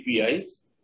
APIs